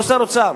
לא שר אוצר.